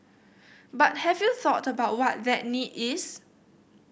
but have you thought about what that need is